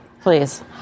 Please